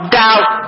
doubt